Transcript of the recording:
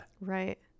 Right